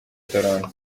toronto